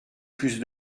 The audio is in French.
plus